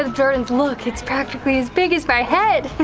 ah jordan's look it's practically as big as my head.